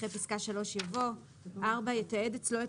אחרי פסקה (3) יבוא: "(4)יתעד אצלו את